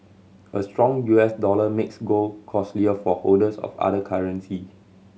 a strong U S dollar makes gold costlier for holders of other currency